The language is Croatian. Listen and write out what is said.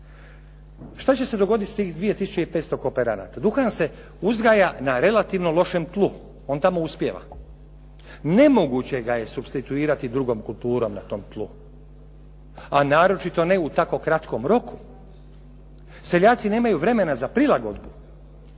Što će se dogoditi s tih 2 tisuće i 500 kooperanata? Duhan se uzgaja na relativnom lošem tlu, onda mu uspijeva. Nemoguće ga je supstituirati drugom kulturom na tom tlu, a naročito ne u tako kratkom roku. Seljaci nemaju vremena za prilagodbu.